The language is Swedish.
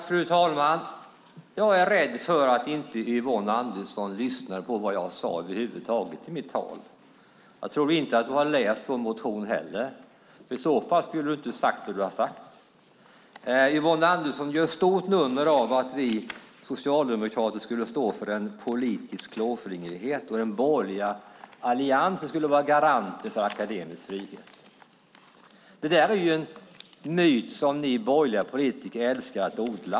Fru talman! Jag är rädd för att Yvonne Andersson över huvud taget inte lyssnade på vad jag sade i mitt anförande. Jag tror inte att hon har läst vår motion heller. I så fall skulle hon inte ha sagt det som hon har sagt. Yvonne Andersson gör ett stort nummer av att vi socialdemokrater skulle stå för en politisk klåfingrighet och att den borgerliga alliansen skulle vara en garant för akademisk frihet. Detta är en myt som ni borgerliga politiker älskar att odla.